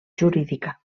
jurídica